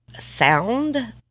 sound